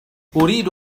أريد